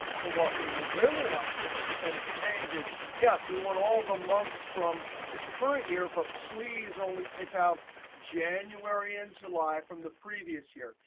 so what we would really like for the percentage change is yes, we want all the months from the current year, but please only pick out january and july from the previous year.